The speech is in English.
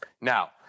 Now